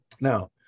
Now